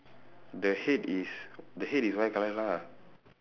the head is the head is white colour lah